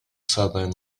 southern